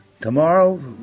Tomorrow